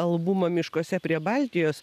albumą miškuose prie baltijos